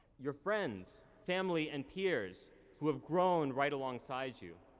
your friends, family, and peers who have grown right alongside you,